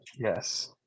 yes